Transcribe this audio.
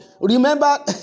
Remember